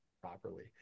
properly